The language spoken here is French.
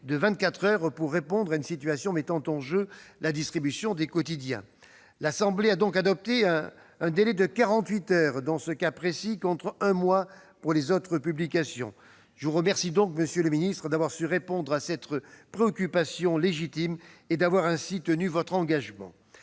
heures pour répondre à une situation mettant en jeu la distribution des quotidiens. L'Assemblée nationale a donc adopté un délai de quarante-huit heures dans ce cas précis, contre un mois pour les autres publications. Je vous remercie, monsieur le ministre, d'avoir su répondre à cette préoccupation légitime et d'avoir ainsi tenu votre engagement.